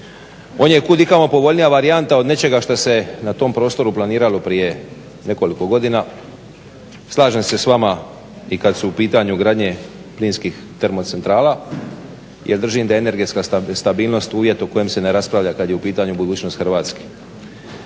On je kud i kamo povoljnija varijanta od nečega šta se na tom prostoru planiralo prije nekoliko godina. Slažem se s vama i kad su u pitanju gradnje plinskih termocentrala, jer držim da je energetska stabilnost uvjet o kojem se ne raspravlja kad je u pitanju budućnost Hrvatske.